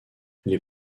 les